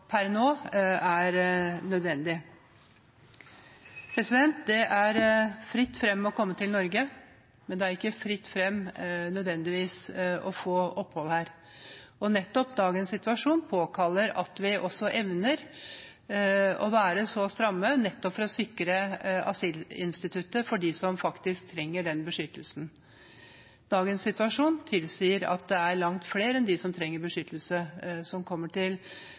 per nå er nødvendige. Det er fritt fram å komme til Norge, men det er nødvendigvis ikke fritt fram å få opphold her. Dagens situasjon påkaller at vi også evner å være stramme, nettopp for å sikre asylinstituttet for dem som faktisk trenger den beskyttelsen. Dagens situasjon tilsier at det er langt flere enn dem som trenger beskyttelse, som kommer til